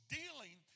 dealing